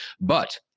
But-